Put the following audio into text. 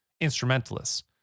instrumentalists